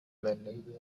london